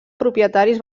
propietaris